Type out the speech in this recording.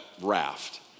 raft